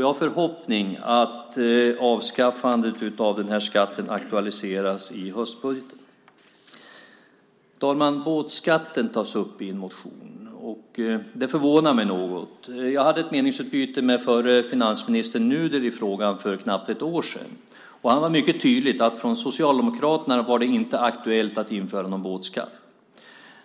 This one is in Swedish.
Jag har förhoppningen att avskaffandet av den här skatten aktualiseras i höstbudgeten. Fru talman! Båtskatten tas upp i en motion, och det förvånar mig något. Jag hade ett meningsutbyte med förre finansministern Nuder i frågan för knappt ett år sedan. Han var mycket tydlig med att från Socialdemokraternas sida var det inte aktuellt att införa någon båtskatt.